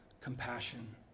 compassion